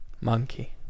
Monkey